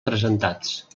presentats